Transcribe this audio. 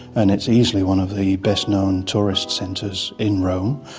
and it is easily one of the best-known tourist centres in rome.